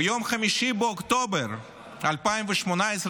ביום 5 באוקטובר 2018,